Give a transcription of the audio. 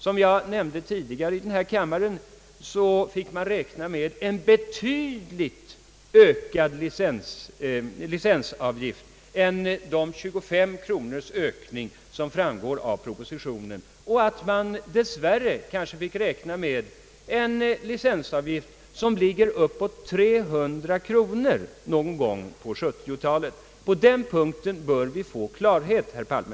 Som jag nämnde tidigare i denna kammare får man räkna med en betydligt högre licensavgift än de 25 kronors ökning som framgår av propositionen, dess värre kanske med en licensavgift som ligger uppåt 300 kronor någon gång på 1970-talet. På den punkten bör vi få klarhet, herr Palme.